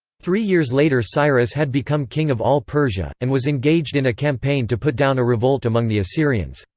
three years later cyrus had become king of all persia, and was engaged in a campaign to put down a revolt among the assyrians.